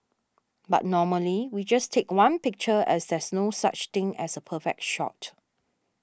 but normally we just take one picture as there's no such thing as a perfect shot